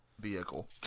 vehicle